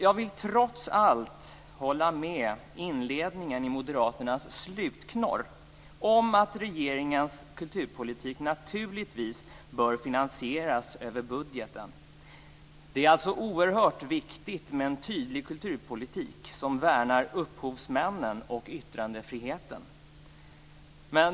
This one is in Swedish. Jag vill trots allt instämma i inledningen till den moderata motionens slutknorr, där det heter att regeringens kulturpolitik naturligtvis bör finansieras över statsbudgeten. Det är oerhört viktigt med en tydlig kulturpolitik som värnar upphovsmännen och yttrandefriheten.